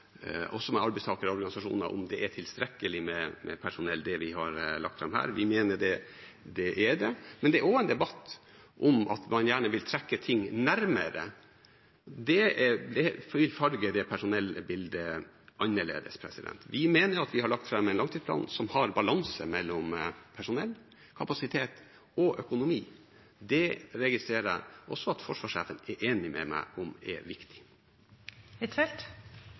det er tilstrekkelig med personell, det vi har lagt fram her. Vi mener det er det. Men det er også en debatt om at man gjerne vil trekke ting nærmere. Det vil farge det personellbildet annerledes. Vi mener vi har lagt fram en langtidsplan som har balanse mellom personell, kapasitet og økonomi. Det registrerer jeg også at forsvarssjefen er enig med meg i er